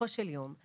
של יום,